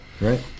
right